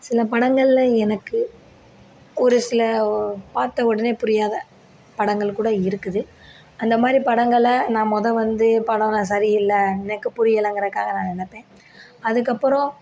சில படங்களில் எனக்கு ஒரு சில பார்த்த உடனே புரியாத படங்கள் கூட இருக்குது அந்தமாதிரி படங்களை நான் முத வந்து படம்லாம் சரியில்லை எனக்கு புரியலைங்கிறக்காக நான் நெனைப்பேன் அதுக்கப்புறம்